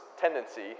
tendency